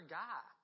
guy